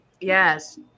yes